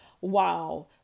Wow